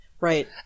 Right